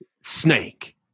Snake